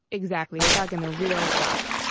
exactly, we're talking the real stuff.